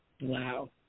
Wow